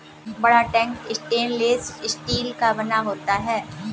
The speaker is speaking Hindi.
बड़ा टैंक स्टेनलेस स्टील का बना होता है